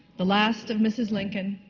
the last of mrs. lincoln,